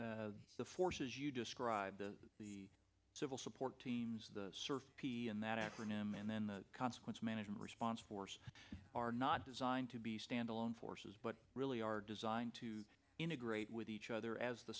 that the forces you described the the civil support teams the surfie and that acronym and then the consequence management response force are not designed to be standalone forces but really are designed to integrate with each other as the